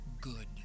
good